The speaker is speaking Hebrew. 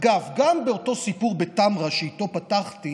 אגב, גם אותו סיפור בטמרה שאיתו פתחתי,